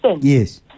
Yes